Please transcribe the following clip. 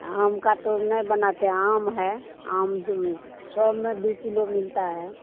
आम का तो नहीं बनाते आम है आम दो सौ में दो किलो मिलता है